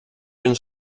він